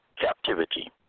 Captivity